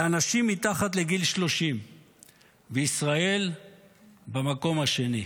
לאנשים מתחת לגיל 30. ישראל במקום השני,